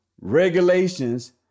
regulations